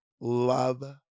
love